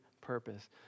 purpose